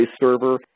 server